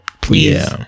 please